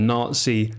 Nazi